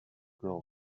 girl